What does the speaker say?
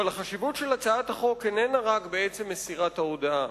אבל החשיבות של הצעת החוק איננה רק בעצם מסירת ההודעה.